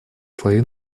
слои